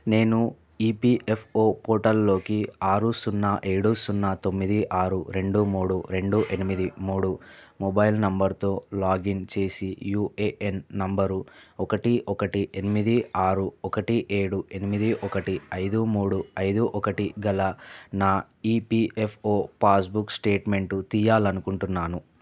నేను ఈపిఎఫ్ఓ పోర్టల్లోకి ఆరు సున్నా ఏడు సున్నా తొమ్మిది ఆరు రెండు మూడు రెండు ఎనిమిది మూడు మొబైల్ నంబరుతో లాగిన్ చేసి యుఏఎన్ నంబరు ఒకటి ఒకటి ఎనిమిది ఆరు ఒకటి ఏడు ఎనిమిది ఒకటి ఐదు మూడు ఐదు ఒకటి గల నా ఈపిఎఫ్ఓ పాస్బుక్ స్టేట్మెంట్ తీయాలనుకుంటున్నాను